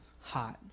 hot